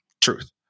Truth